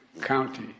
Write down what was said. county